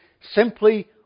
simply